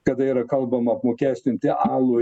kada yra kalbama apmokestinti alų